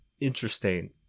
interesting